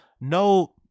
No